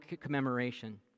commemoration